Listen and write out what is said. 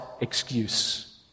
excuse